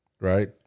Right